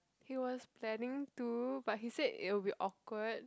he was planning to but he said it will be awkward